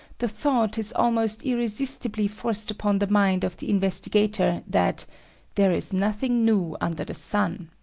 the thought is almost irresistibly forced upon the mind of the investigator that there is nothing new under the sun.